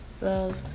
Love